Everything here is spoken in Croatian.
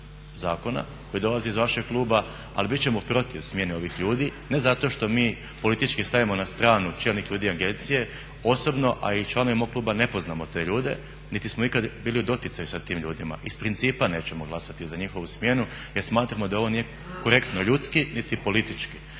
koji dolazi iz vašeg kluba ali bit ćemo protiv smijene ovih ljudi ne zato što mi politički stajemo na stranu čelnih ljudi agencije, osobno a i članovi mog kluba ne poznamo te ljude niti smo ikad bili u doticaju sa tim ljudima. Iz principa nećemo glasati za njihovu smjenu jer smatramo da ovo nije korektno ljudski niti politički.